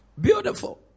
Beautiful